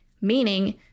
Meaning